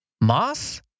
moss